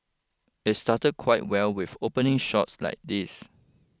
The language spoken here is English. it started quite well with opening shots like these